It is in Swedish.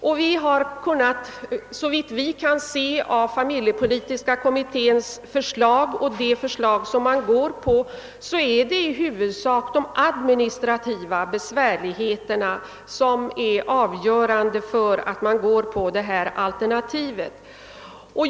Såvitt vi kunnat finna av familjepolitiska kommitténs förslag har det i huvudsak varit de administrativa svårigheterna som varit avgörande för att det tredje alternativet förordats.